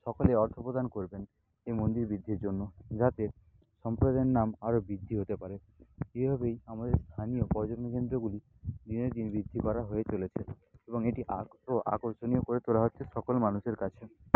সকলেই অর্থ প্রদান করবেন এই মন্দির বৃদ্ধির জন্য যাতে সম্প্রদায়ের নাম আরও বৃদ্ধি হতে পারে এইভাবেই আমাদের স্থানীয় পর্যটন কেন্দ্রগুলি দিনের দিন বৃদ্ধি করে হওয়া চলেছে এবং এটি আরও আকর্ষণীয় করে তোলা হচ্ছে সকল মানুষের কাছে